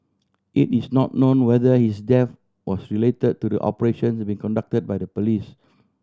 it is not known whether his death was related to the operations be conducted by the police